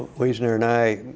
wiesner and i